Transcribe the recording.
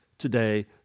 today